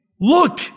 Look